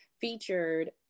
featured